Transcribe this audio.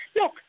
look